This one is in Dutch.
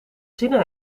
zinnen